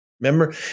Remember